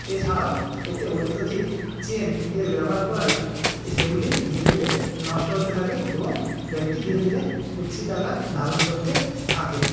এছাড়াও এতে অত্যধিক চেনের ব্যবহার করায় সেগুলি ধীরে ধীরে নষ্ট হতে থাকে এবং ব্যাগটি ধীরে ধীরে কুৎসিত আকার ধারণ করতে থাকে